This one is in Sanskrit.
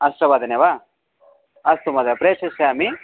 अष्टवादने वा अस्तु महोदय प्रेषिष्यामि